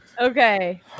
Okay